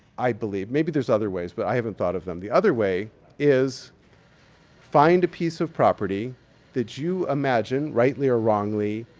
i believe, maybe there's other ways, but i haven't thought of them. the other way is find a piece of property that you imagine, rightly or wrongly,